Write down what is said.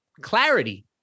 clarity